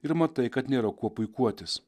ir matai kad nėra kuo puikuotis